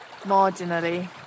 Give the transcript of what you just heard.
Marginally